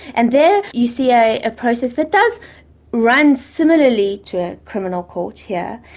and there you see a a process that does run similarly to a criminal court here,